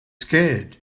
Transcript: scared